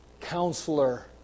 counselor